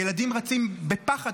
הילדים רצים בפחד,